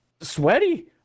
sweaty